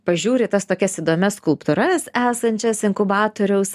pažiūri į tas tokias įdomias skulptūras esančias inkubatoriaus